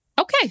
Okay